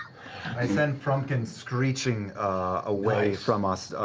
i send frumpkin screeching away from us,